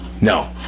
No